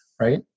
Right